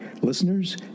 listeners